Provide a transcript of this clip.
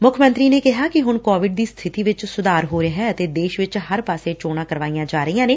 ਮੁੱਖ ਮੰਤਰੀ ਨੇ ਕਿਹਾ ਕਿ ਹੁਣ ਕੋਵਿਡ ਦੀ ਸਬਿਤੀ ਵਿਚ ਸੁਧਾਰ ਹੋ ਰਿਹੈ ਅਤੇ ਦੇਸ਼ ਵਿਚ ਹਰ ਪਾਸੇ ਚੋਣਾਂ ਕਰਵਾਈਆਂ ਜਾ ਰਹੀਆਂ ਨੇ